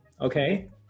Okay